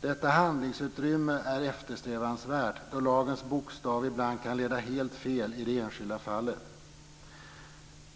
Detta handlingsutrymme är eftersträvansvärt, då lagens bokstav ibland kan leda helt fel i det enskilda fallet.